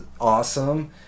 awesome